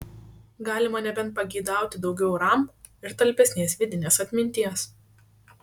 galima nebent pageidauti daugiau ram ir talpesnės vidinės atminties